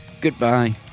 Goodbye